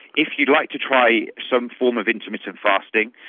if you'd like to try some form of intermittent fasting,